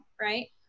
right